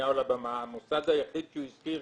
נתניהו על הבמה והמוסד היחיד שהוא הזכיר